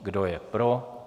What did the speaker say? Kdo je pro?